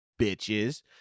bitches